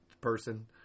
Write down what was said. person